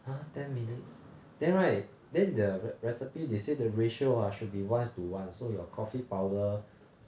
!huh! ten minutes then right then the re~ recipe they say the ratio ah should be one is to one so your coffee powder